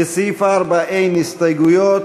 לסעיף 4 אין הסתייגויות,